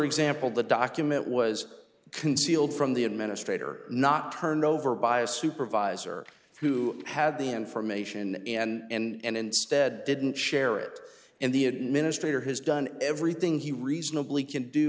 example the document was concealed from the administrator not turned over by a supervisor who had the information and instead didn't share it and the administrator has done everything he reasonably can do